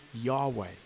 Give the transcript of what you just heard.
Yahweh